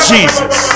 Jesus